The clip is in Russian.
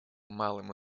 малым